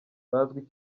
bazwi